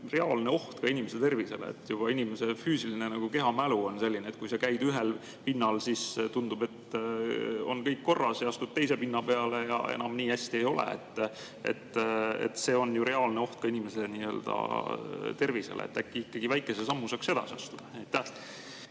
reaalne oht juba inimese tervisele. Inimese füüsiline, kehamälu on selline, et kui sa käid ühel pinnal, siis tundub, et on kõik korras. Aga astud teise pinna peale, ja enam nii hästi ei ole. See on ju reaalne oht inimese tervisele. Äkki ikkagi väikese sammu saaks edasi astuda?